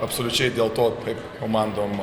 absoliučiai dėl to kaip komandom